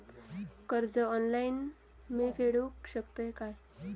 कर्ज ऑनलाइन मी फेडूक शकतय काय?